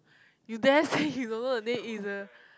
you dare say you don't know the name if the